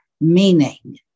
Meaning